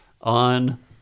on